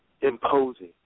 imposing